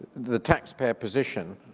the tax payer position